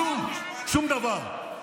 כלום, שום דבר.